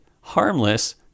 harmless